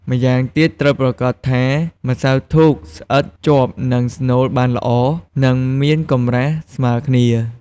ម្យ៉ាងទៀតត្រូវប្រាកដថាម្សៅធូបស្អិតជាប់នឹងស្នូលបានល្អ និងមានកម្រាស់ស្មើគ្នា។